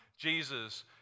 Jesus